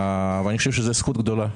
אני חושב שזו זכות גדולה.